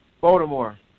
Baltimore